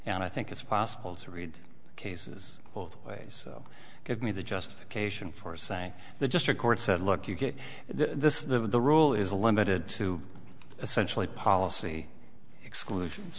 and i think it's possible to read cases both ways so give me the justification for saying the district court said look you get this is the rule is limited to essentially policy exclusions